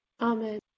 Amen